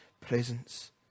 presence